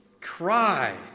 cry